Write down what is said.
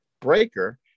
Breaker